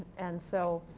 and so,